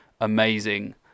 amazing